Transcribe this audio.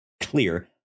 clear